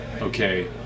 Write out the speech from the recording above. okay